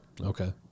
Okay